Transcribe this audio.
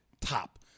Top